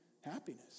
happiness